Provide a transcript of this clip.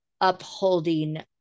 upholding